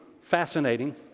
fascinating